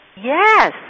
Yes